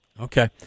Okay